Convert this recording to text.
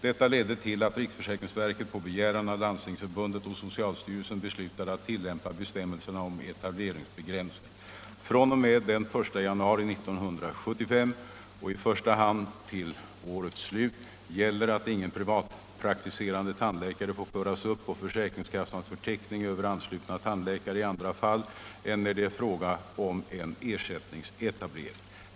Detta ledde till att riksförsäkringsverket på begäran av Landstingsförbundet och socialstyrelsen beslutade att tillämpa bestämmelsen om etableringsbegränsningar. fr.o.m. den 1 januari 1975 och i första hand till årets slut gäller att ingen privatpraktiserande tandläkare får föras upp på försäkringskassas förteckning över anslutna tandläkare i andra fall än när det är fråga om en ersättningsetablering.